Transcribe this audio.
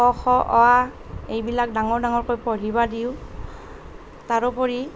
ক খ অ আ এইবিলাক ডাঙৰ ডাঙৰকৈ পঢ়িব দিওঁ তাৰোপৰি